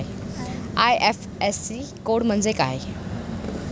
IFSC code म्हणजे काय?